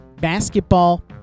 Basketball